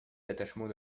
l’attachement